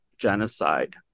genocide